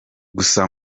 gusa